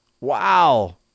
wow